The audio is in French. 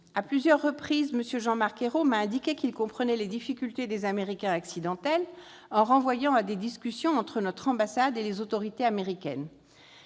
À plusieurs reprises, M. Jean-Marc Ayrault m'a indiqué qu'il comprenait les difficultés des « Américains accidentels », en renvoyant à des discussions entre notre ambassade et les autorités américaines.